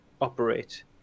operate